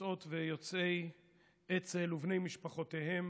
יוצאות ויוצאי אצ"ל ובני משפחותיהם